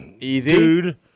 dude